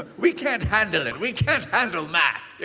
we can't handle it. we can't handle math.